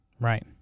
Right